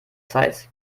zeit